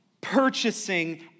purchasing